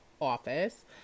office